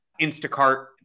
Instacart